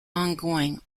ongoing